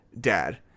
dad